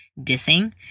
dissing